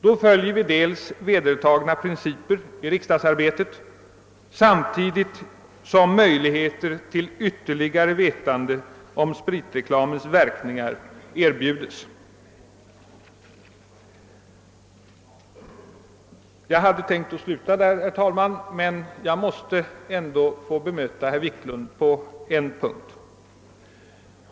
Då följer vi vedertagna principer i riksdagsarbetet samtidigt som möjligheter till ytterligare vetande om spritreklamens verkningar erbjudes. Jag hade tänkt sluta här, herr talman, men jag måste få bemöta herr Wiklund i Stockholm på en punkt.